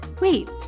Wait